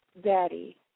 Daddy